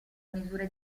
misure